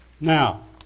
Now